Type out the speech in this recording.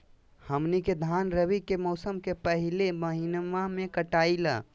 हमनी के धान रवि के मौसम के पहले महिनवा में कटाई ला